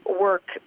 work